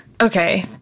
Okay